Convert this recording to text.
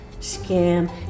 scam